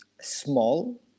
small